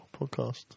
podcast